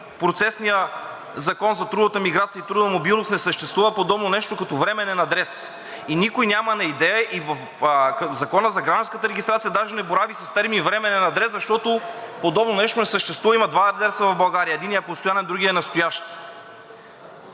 процесния закон за трудовата миграция и трудова мобилност, не съществува подобно нещо като временен адрес. И никой няма на идея – и Законът за гражданската регистрация даже не борави с термин „временен адрес“, защото подобно нещо не съществува. Има два адреса в България – единият е постоянен, другият е настоящ.